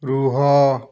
ରୁହ